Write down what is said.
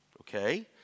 Okay